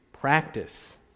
practice